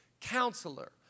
Counselor